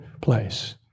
place